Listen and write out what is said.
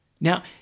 Now